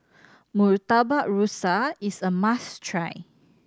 Murtabak Rusa is a must try